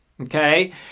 Okay